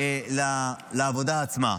לעבודה עצמה.